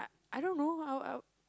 I I don't know how I w~